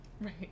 Right